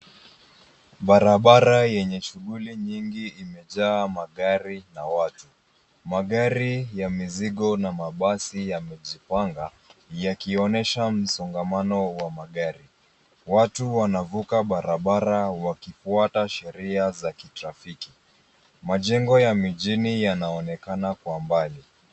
Barabara yenye shughuli nyingi imejaa magari na watu. Magari ya mizigo na mabasi yamejipanga yakionyesha msongamano wa magari. Watu wanavuka barabara wakifuata sheria za kitrafiki. Majengo ya mijini yanaonekana kwa mbali.